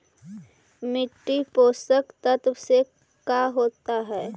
मिट्टी पोषक तत्त्व से का होता है?